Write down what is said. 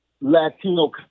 Latino